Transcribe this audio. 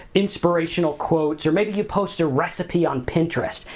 inspirational quotes or maybe you post a recipe on pinterest,